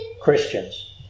Christians